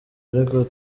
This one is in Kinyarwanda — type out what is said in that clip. ariko